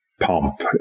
pump